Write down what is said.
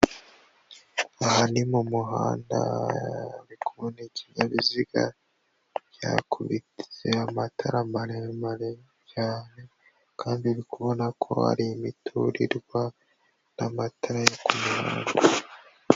Aha ni mu muhanda harimo ikinyabiziga byakubitiye amatara maremare cyane, kandi ubona ko ari imiturirwa n'amatara yo ku muhanda.